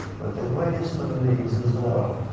but the greatest of these is love.